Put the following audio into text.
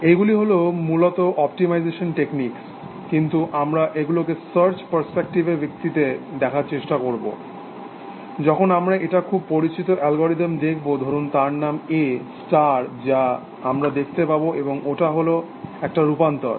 এইগুলো হল মূলত অপটিমাইজেশন টেকনিককিন্তু আমরা ওগুলোকে সার্চ পার্সপেকটিভ এর ভিত্তিতে দেখার চেষ্টা করব যখন আমরা একটা খুব পরিচিত অ্যালগোরিদম দেখব ধরুন তার নাম A স্টার যা আমরা দেখতে পাব এবং ওটা হল একটা রুপান্তর